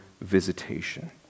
visitation